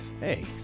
Hey